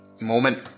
moment